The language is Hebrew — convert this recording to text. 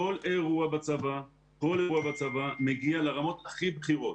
כל אירוע בצבא מגיע לרמות הכי בכירות.